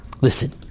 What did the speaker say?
listen